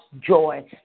joy